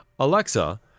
Alexa